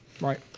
Right